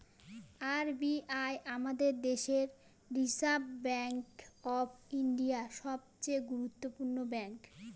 R B I আমাদের দেশের reserve bank of India, সবচে গুরুত্বপূর্ণ ব্যাঙ্ক